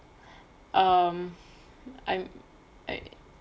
um I I